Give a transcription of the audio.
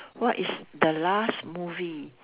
what is the last movie